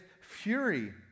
fury